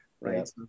right